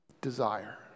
desire